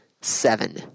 seven